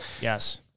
Yes